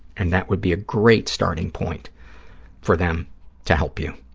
and that would be a great starting point for them to help you.